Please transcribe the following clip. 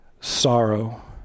sorrow